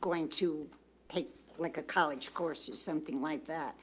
going to take like a college course or something like that.